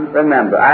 remember